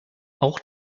auch